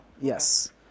Yes